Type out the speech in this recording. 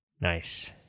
Nice